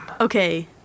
okay